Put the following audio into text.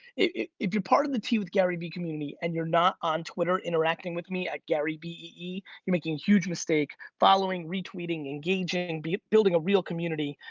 if you're part of the tea with garyvee community and you're not on twitter interacting with me at gary v e e you're making a huge mistake following, re-tweeting, engaging, and building a real community.